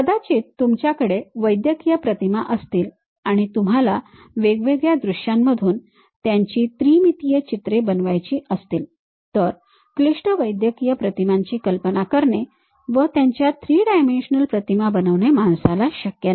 कदाचित तुमच्याकडे वैद्यकीय प्रतिमा असतील आणि तुम्हाला वेगवेगळ्या दृश्यांमधून त्यांची त्रिमितीय चित्रे बनवायची असतील तर क्लिष्ट वैद्यकीय प्रतिमांची कल्पना करणे व त्यांच्या 3 डायमेन्शनल प्रतिमा बनवणे मानवाला शक्य नाही